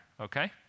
okay